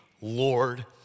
Lord